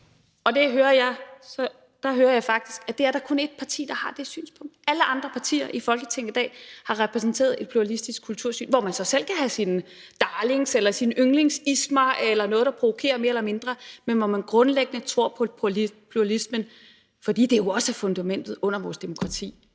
Der hører jeg faktisk, at der kun er ét parti, der har det synspunkt. Alle andre partier i Folketinget i dag har repræsenteret et pluralistisk kunstsyn, hvor man så selv kan have sine darlings eller sine yndlingsismer eller noget, der provokerer mere eller mindre, men hvor man grundlæggende tror på pluralismen, fordi det jo også er fundamentet under vores demokrati,